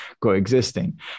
coexisting